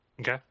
Okay